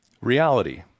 Reality